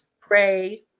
pray